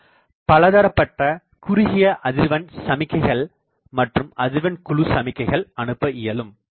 ஆனால் பலதரப்பட்ட குறுகிய அதிர்வெண் சமிக்கைகள் மற்றும் அதிக அதிர்வெண் குழு சமிக்கைகள் அனுப்ப இயலும்